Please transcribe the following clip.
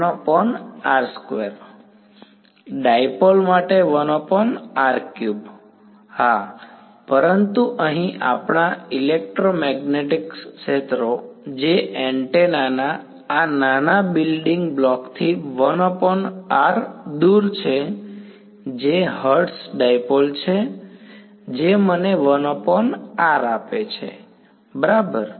વિદ્યાર્થી ડાઈપોલ માટે હા પરંતુ અહીં આપણા ઇલેક્ટ્રોમેગ્નેટિક ક્ષેત્રો જે એન્ટેના ના આ નાના બિલ્ડિંગ બ્લોકથી 1r દૂર છે જે હર્ટ્ઝ ડાઈપોલ છે જે મને 1r આપે છે બરાબર